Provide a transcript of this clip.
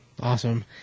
Awesome